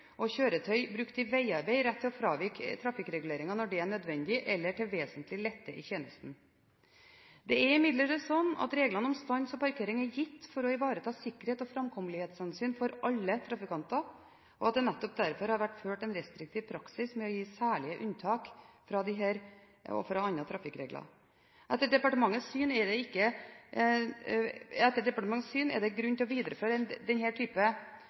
og kjøretøy brukt i vegarbeid rett til å fravike trafikkreguleringer når det er nødvendig eller til vesentlig lette i tjenesten. Det er imidlertid slik at reglene om stans og parkering er gitt for å ivareta sikkerhets- og framkommelighetshensyn for alle trafikanter, og at det nettopp derfor har vært ført en restriktiv praksis med å gi særlige unntak fra disse og fra andre trafikkregler. Etter departementets syn er det grunn til å videreføre denne type praksis. Men riktig anvendt er det